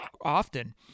often